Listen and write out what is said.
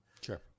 sure